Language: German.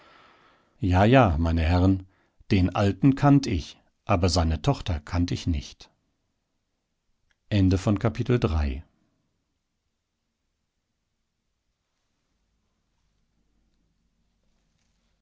ja ja meine herren den alten kannt ich aber seine tochter kannt ich nicht